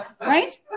Right